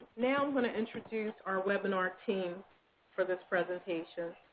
now, i'm going to introduce our webinar team for this presentation.